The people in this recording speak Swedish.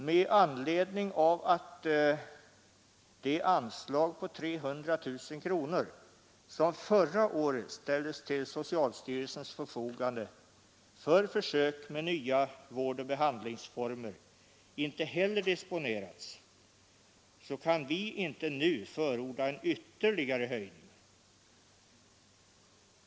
Med anledning av att det anslag på 300 000 kronor som förra året ställdes till socialstyrelsens förfogande för försök med nya vårdoch behandlingsformer inte heller disponerats kan vi inte nu förorda en ytterligare höjning.